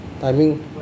Timing